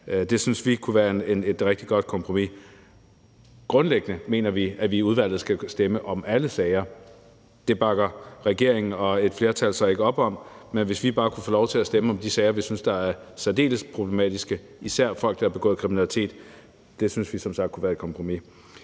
Det synes vi kunne være et rigtig godt kompromis. Grundlæggende mener vi, at vi i udvalget skal stemme om alle sager. Det bakker regeringen og et flertal så ikke op om, men hvis vi bare kunne få lov til at stemme om de sager, vi synes er særdeles problematiske, især med folk, der har begået kriminalitet, synes vi som sagt, det kunne være et kompromis.